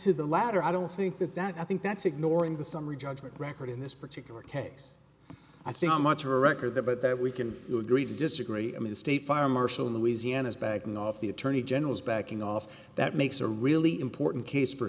to the latter i don't think that that i think that's ignoring the summary judgment record in this particular case i think how much of a record there but that we can you agree to disagree i mean the state fire marshal in the easy end is backing off the attorney general is backing off that makes a really important case for